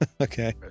Okay